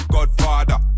Godfather